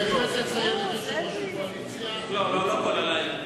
לא כל הלילה,